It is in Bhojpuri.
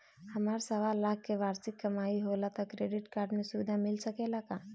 हमार सवालाख के वार्षिक कमाई होला त क्रेडिट कार्ड के सुविधा मिल सकेला का?